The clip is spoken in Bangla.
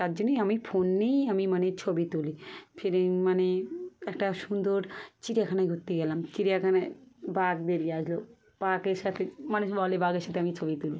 তার জন্যেই আমি ফোন নিয়েই আমি মানে ছবি তুলি ফিরে মানে একটা সুন্দর চিড়িয়াখানায় ঘুরতে গেলাম চিড়িয়াখানায় বাঘ বেরিয়ে আসলো বাঘের সাথে মানে বলে বাঘের সাথে আমি ছবি তুলি